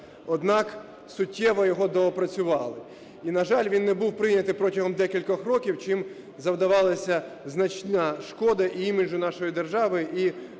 однак, суттєво його доопрацювали. І, на жаль, він не був прийнятий протягом декількох років, чим завдавалася значна шкода іміджу нашої держави